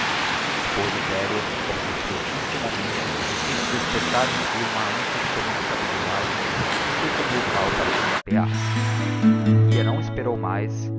depois o velho como si reflectisse um momento e sentisse despertar em si uma anciã de communicabilidade insistiu com milkau para que se apeasse o guia não esperou mais